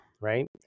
right